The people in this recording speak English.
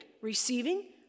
receiving